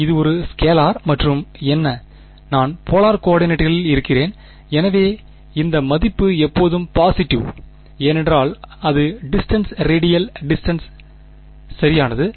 இது ஒரு ஸ்கேலார் மற்றும் என்ன நான் போலார் கோர்டினேட்களில் இருக்கிறேன் எனவே இந்த மதிப்பு எப்போதும் பாசிட்டிவ் ஏனென்றால் அது டிஸ்டன்ஸ் ரேடியல் டிஸ்டன்ஸ் சரியானது